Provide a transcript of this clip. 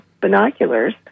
Binoculars